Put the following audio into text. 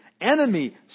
enemy